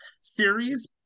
series